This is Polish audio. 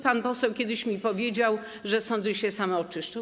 Pan poseł kiedyś mi powiedział, że sądy się same oczyszczą.